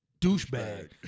douchebag